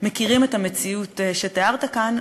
שמכירים את המציאות שתיארת כאן,